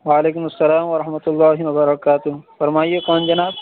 وعلیکم السلام و رحمتہ اللہ و برکاتہ فرمائیے کون جناب